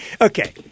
Okay